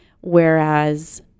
Whereas